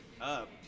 up